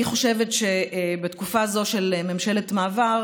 אני חוששת שבתקופה זו של ממשלת מעבר